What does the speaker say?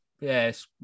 yes